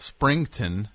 Springton